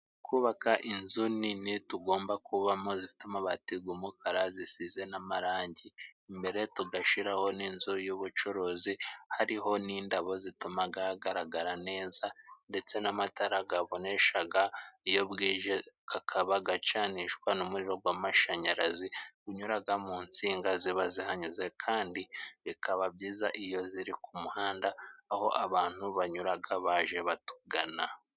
Kubaka inzu nini tugomba kubamo zifite amabati g'umukara zisize n'amarangi, imbere tugashiraho n'inzu y'ubucuruzi hariho n'indabo zitumaga hagaragara neza, ndetse n'amatara gaboneshaga iyo bwije. Gakaba gacanishwa n'umuriro gw'amashanyarazi gunyuraga mu nsinga ziba zihanyuze, kandi bikaba byiza iyo ziri ku muhanda aho abantu banyuraga baje batugana.